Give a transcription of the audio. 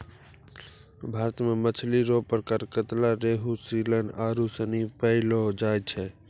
भारत मे मछली रो प्रकार कतला, रेहू, सीलन आरु सनी पैयलो जाय छै